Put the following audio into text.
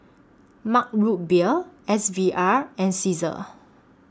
Mug Root Beer S V R and Cesar